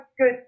good